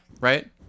Right